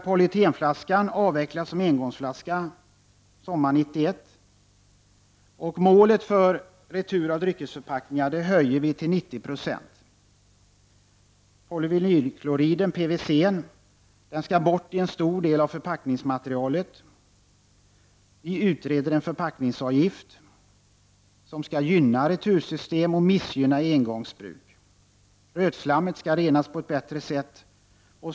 Polyvinylklorid, PVC, skall tas bort från en stor del av förpackningsmaterialet. En förpackningsavgift utreds som skall gynna retursystem och missgynna engångsbruk. Rötslammet skall renas på ett bättre sätt.